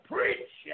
Preach